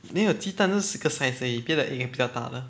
没有鸡蛋就这个 size 而已别的 egg 是比较大的